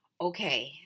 Okay